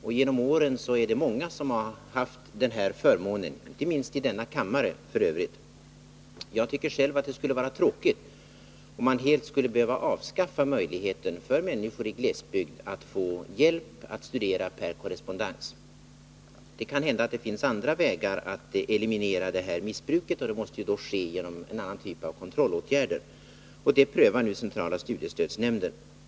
Och genom åren har många haft den här förmånen — inte minst ledamöter av denna kammare. Jag tycker själv att det skulle vara tråkigt om man helt skulle behöva avskaffa möjligheten för människor i glesbygd att få hjälp att studera per korrespondens. Det kan hända att det finns andra vägar att eliminera missbruket, och det måste ske genom en annan typ av kontrollåtgärder. Centrala studiestödsnämnden prövar nu detta.